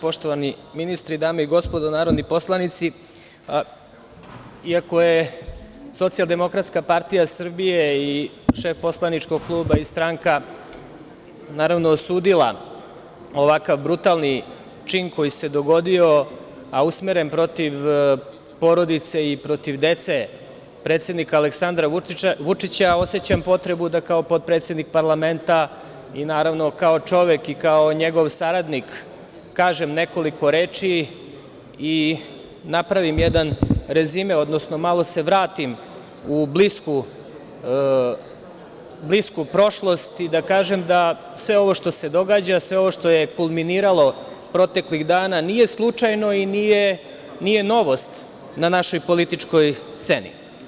Poštovani ministri, dame i gospodo narodni poslanici, iako je SDPS i šef poslaničkog kluba i stranka naravno osudila ovakav brutalni čin koji se dogodio, a usmeren protiv porodice i protiv dece predsednika Aleksandra Vučića osećam potrebu da kao potpredsednik parlamenta i naravno kao čovek i kao njegov saradnik, kažem nekoliko reči i napravim jedan rezime, odnosno malo se vratim u blisku prošlost i da kažem da sve ovo što se događa, sve ovo što je kulminiralo proteklih dana, nije slučajno i nije novost na našoj političkoj sceni.